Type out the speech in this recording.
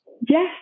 Yes